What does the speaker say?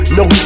no